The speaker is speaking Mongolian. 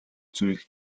зүйл